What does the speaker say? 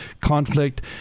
conflict